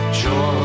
joy